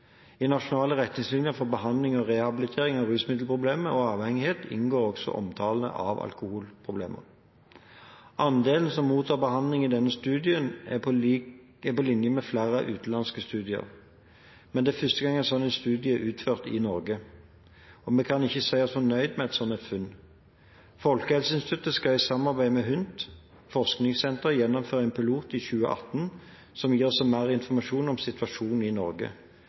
I nasjonal retningslinje for behandling og rehabilitering av rusmiddelproblemer og avhengighet inngår også en omtale av alkoholproblemer. Andelene som mottar behandling i denne studien, er på linje med flere utenlandske studier. Men det er første gang en slik studie er utført i Norge, og vi kan ikke si oss fornøyde med slike funn. Folkehelseinstituttet skal i samarbeid med HUNT forskningssenter gjennomføre en pilot i 2018, som kan gi oss mer informasjon om situasjonen i Norge.